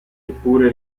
eppure